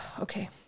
Okay